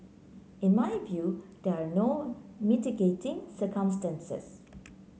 in my view there are no mitigating circumstances